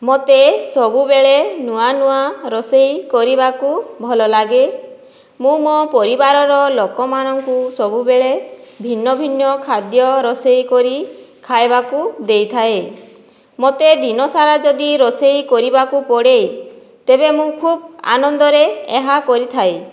ମୋତେ ସବୁବେଳେ ନୂଆନୂଆ ରୋଷେଇ କରିବାକୁ ଭଲଲାଗେ ମୁଁ ମୋ ପରିବାରର ଲୋକମାନଙ୍କୁ ସବୁବେଳେ ଭିନ୍ନ ଭିନ୍ନ ଖାଦ୍ୟ ରୋଷେଇକରି ଖାଇବାକୁ ଦେଇଥାଏ ମୋତେ ଦିନସାରା ଯଦି ରୋଷେଇ କରିବାକୁ ପଡ଼େ ତେବେ ମୁଁ ଖୁବ୍ ଆନନ୍ଦରେ ଏହା କରିଥାଏ